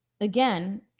again